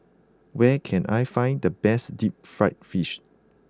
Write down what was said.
where can I find the best Deep Fried Fish